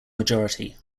majority